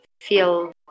feel